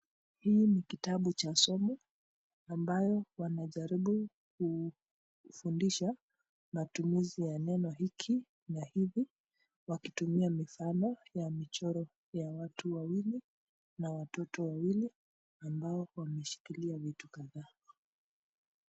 Hii ni kitabu cha somo ambayo wanajaribu kufundisha matumizi ya neno hiki na hivi wakitumia mfano wa mchoro ya watu wawili na watoto wawili ambao wameshikilia vitu kadhaa.